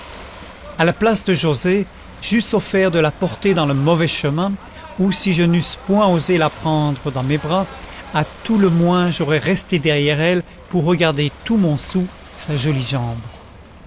à la place de joset j'eusse offert de la porter dans le mauvais chemin ou si je n'eusse point osé la prendre dans mes bras à tout le moins j'aurais resté derrière elle pour regarder tout mon soûl sa jolie jambe